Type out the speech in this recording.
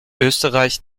österreich